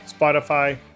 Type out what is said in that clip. spotify